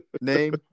Name